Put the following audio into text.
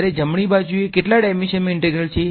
જ્યારે જમણી બાજુએ કેટલા ડાઈમેંશનમાં ઈન્ટેગ્રલ છે